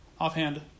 Offhand